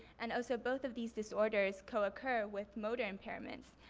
and also both of these disorders co-occur with motor impairments.